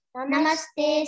Namaste